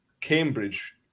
Cambridge